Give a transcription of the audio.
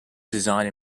design